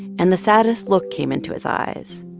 and the saddest look came into his eyes.